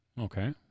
Okay